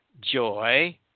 joy